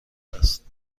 است